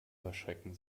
verschrecken